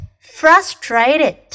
frustrated